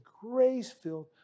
grace-filled